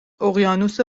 اقیانوس